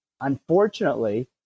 unfortunately